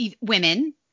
women